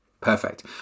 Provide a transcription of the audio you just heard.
Perfect